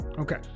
okay